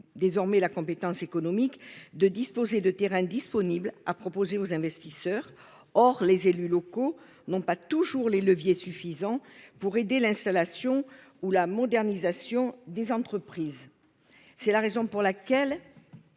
désormais la compétence économique, d'avoir des terrains disponibles à proposer aux investisseurs. Or les élus locaux n'ont pas toujours les leviers suffisants pour aider à l'installation ou à la modernisation des entreprises. C'est la raison pour laquelle